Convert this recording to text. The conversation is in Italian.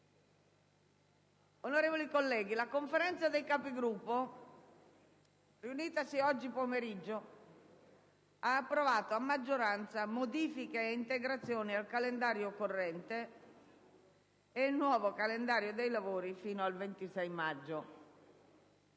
Onorevoli colleghi, la Conferenza dei Capigruppo riunitasi oggi pomeriggio ha approvato, a maggioranza, modifiche e integrazioni al calendario corrente e il nuovo calendario dei lavori fino al 26 maggio.